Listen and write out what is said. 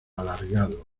alargado